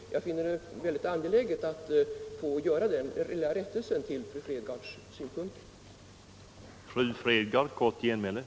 Jag har funnit det mycket angeläget att få göra detta lilla tillrättaläggande av fru Fredgardhs uppgifter.